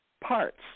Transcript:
parts